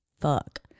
fuck